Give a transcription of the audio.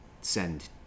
send